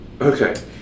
Okay